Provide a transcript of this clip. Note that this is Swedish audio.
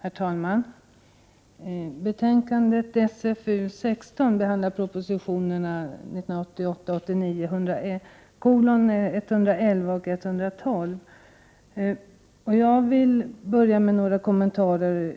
Herr talman! I betänkandet SfU16 behandlas propositionerna 1988/89:111 och 112. Jag vill börja med några kommentarer